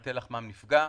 שמטה לחמם נפגע.